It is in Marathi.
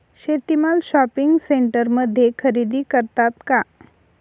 शेती माल शॉपिंग सेंटरमध्ये खरेदी करतात का?